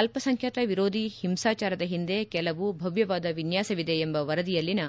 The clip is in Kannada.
ಅಲ್ಪಸಂಖ್ಯಾತ ವಿರೋಧಿ ಹಿಂಸಾಚಾರದ ಹಿಂದೆ ಕೆಲವು ಭವ್ಯವಾದ ವಿನ್ಯಾಸವಿದೆ ಎಂಬ ವರದಿಯಲ್ಲಿನ